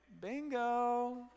bingo